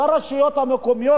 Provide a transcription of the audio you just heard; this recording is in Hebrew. והרשויות המקומיות,